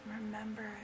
remember